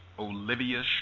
Olivia